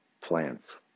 plants